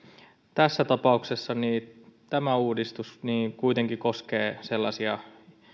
tässä tapauksessa tämä uudistus kuitenkin koskee sellaisia